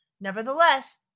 Nevertheless